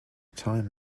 time